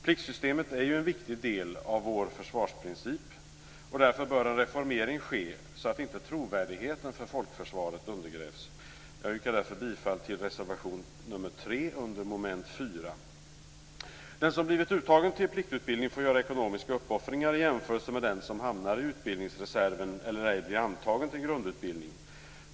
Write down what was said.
Pliktsystemet är en viktig del av vår försvarsprincip, och därför bör en reformering ske så att inte trovärdigheten för folkförsvaret undergrävs. Jag yrkar därför bifall till reservation 3 under mom. 4. Den som blivit uttagen till pliktutbildning får göra ekonomiska uppoffringar i jämförelse med den som hamnar i utbildningsreserven eller ej blir antagen till grundutbildning.